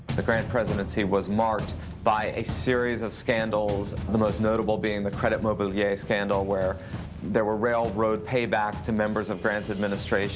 the grant presidency was marked by a series of scandals, the most notable being the credit mobilier scandal where there were railroad paybacks to members of grant's administration